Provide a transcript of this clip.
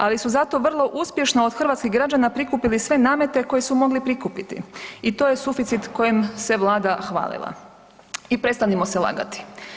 Ali su zato vrlo uspješno od hrvatskih građana prikupili sve namete koje su mogli prikupiti i to je suficit kojim se Vlada hvalila i prestanimo se lagati.